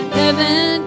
heaven